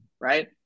right